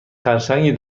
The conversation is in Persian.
خرچنگ